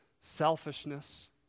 selfishness